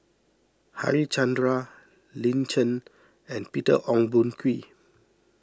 Harichandra Lin Chen and Peter Ong Boon Kwee